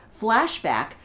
flashback